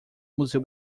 museu